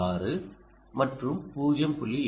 6 மற்றும் 0